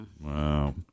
wow